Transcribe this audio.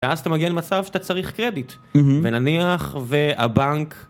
ואז אתה מגיע למצב שאתה צריך קרדיט, ונניח, והבנק...